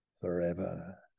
forever